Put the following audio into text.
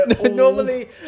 normally